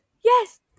Yes